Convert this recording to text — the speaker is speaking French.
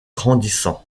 grandissant